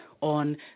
on